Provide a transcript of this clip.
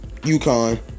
UConn